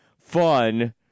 fun